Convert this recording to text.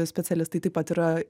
specialistai taip pat yra